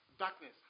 Darkness